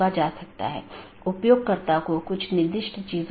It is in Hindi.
यह ओपन अपडेट अधिसूचना और जीवित इत्यादि हैं